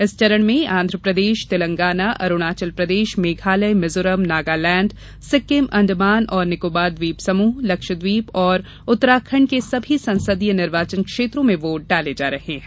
इस चरण में आंध्र प्रदेश तेलंगाना अरुणाचल प्रदेश मेघालय मिजोरम नगालैंड सिक्किम अंडमान और निकोबार द्वीप समूह लक्षद्वीप और उत्तराखंड के सभी संसदीय निर्वाचन क्षेत्रों में वोट डाले जा रहे हैं